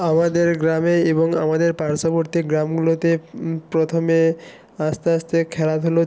আমাদের গ্রামে এবং আমাদের পার্শ্ববর্তী গ্রামগুলোতে প্রথমে আস্তে আস্তে খেলাধুলো